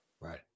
right